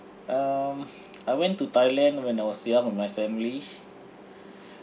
um I went to thailand when I was young with my family